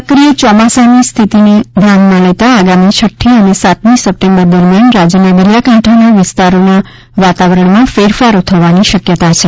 સક્રિય ચોમાસાની સ્થિતિને ધ્યાનમાં લેતા આગામી છઠ્ઠી અને સાતમી સપ્ટેમ્બર દરમ્યાન રાજયના દરિયાકાંઠાના વિસ્તારોનાં વાતાવરણમાં ફેરફારો થવાની શકયતા છે